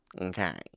Okay